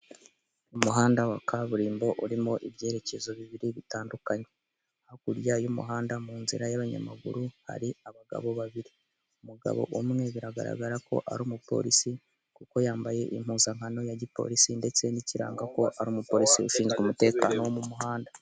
Umuhanda wa kaburimbo urimo ibyerekezo bibiri bitandukanye, hakurya y'umuhanda mu nzira y'abanyamaguru hari abagabo babiri, umugabo umwe biragaragara ko ari umupolisi kuko yambaye impuzankano ya gipolisi ndetse n'ikiranga ko ari umupolisi ushinzwe umutekano wo mu muhanda.